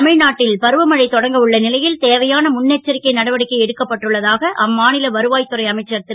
தமி நாட்டில் பருவமழை தொடங்க உள்ள லை ல் தேவையான முன் எச்சரிக்கை நடவடிக்கை எடுக்கப்பட்டுள்ளதாக அம்மா ல வருவா துறை அமைச்சர் ரு